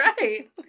right